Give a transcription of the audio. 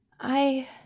I